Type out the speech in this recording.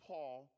Paul